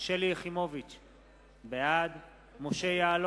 ההסתייגות של חבר הכנסת חיים אורון